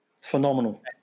Phenomenal